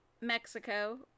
Mexico